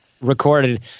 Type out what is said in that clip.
recorded –